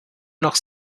noch